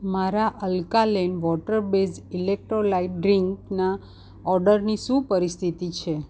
મારા alkaline water based electrolyte ડ્રિંકના ઓર્ડરની શું પરિસ્થિતિ છે